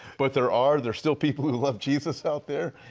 but there are. there are still people who love jesus out there.